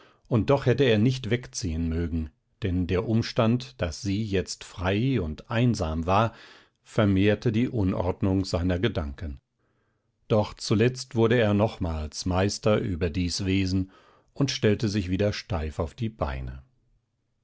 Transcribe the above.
und doch hätte er nicht wegziehen mögen denn der umstand daß sie jetzt frei und einsam war vermehrte die unordnung seiner gedanken doch zuletzt wurde er nochmals meister über dies wesen und stellte sich wieder steif auf die beine